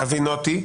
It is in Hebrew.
בסדר גמור, הבינותי.